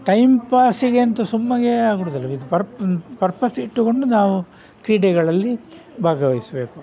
time ಪಾಸಿಗೆ ಅಂತ ಸುಮ್ಮನೆ ಆಗ್ಬಿಡೋದಲ್ಲ ಇದು ಪರ್ಪಸಿಟ್ಟುಕೊಂಡು ನಾವು ಕ್ರೀಡೆಗಳಲ್ಲಿ ಭಾಗವಹಿಸಬೇಕು